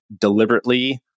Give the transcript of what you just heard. deliberately